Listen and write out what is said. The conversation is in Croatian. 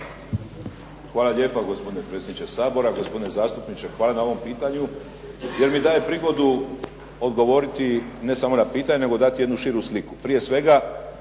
Hvala lijepa gospodine predsjedniče Sabora, gospodine zastupniče, hvala na ovom pitanju, jer mi daje prigodu odgovoriti, ne samo na pitanje, nego dati jednu širu sliku. Prije svega